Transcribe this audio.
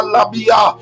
Labia